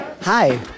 Hi